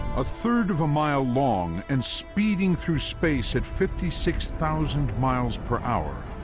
a third of a mile long, and speeding through space at fifty six thousand miles per hour.